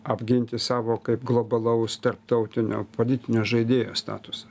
apginti savo kaip globalaus tarptautinio politinio žaidėjo statusą